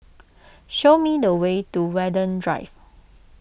show me the way to Watten Drive